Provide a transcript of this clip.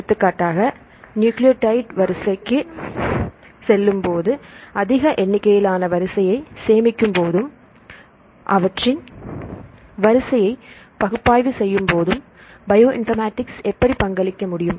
எடுத்துக்காட்டாக நியூக்ளியோடைடு வரிசைக்கு செல்லும்போது அதிக எண்ணிக்கையிலான வரிசையை சேமிக்கும் போதும் அவற்றின் வரிசையை பகுப்பாய்வு செய்யும் போதும் பயோ இன்பர்மேட்டிக்ஸ் எப்படி பங்களிக்க முடியும்